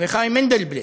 אביחי מנדלבליט,